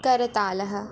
करतालः